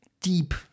Deep